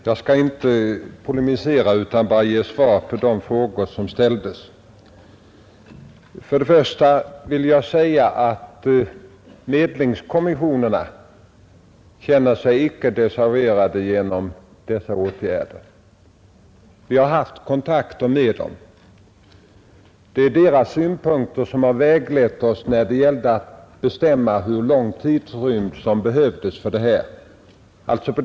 Herr talman! Jag skall inte polemisera utan bara ge svar på de frågor som ställdes. Till en början vill jag säga att medlingskommissionerna icke känner sig desavuerade genom dessa åtgärder. Vi har haft kontakter med dem. Det är deras synpunkter som väglett oss när det gällt att bestämma hur lång tidsrymd som behövdes för det här.